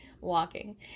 walking